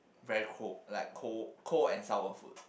very cold like cold cold and sour food